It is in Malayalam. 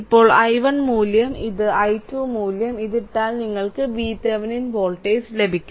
ഇപ്പോൾ i1 മൂല്യം ഇതും i2 മൂല്യം ഇതും ഇട്ടാൽ നിങ്ങൾക്ക് VThevenin വോൾട്ടേജ് ലഭിക്കും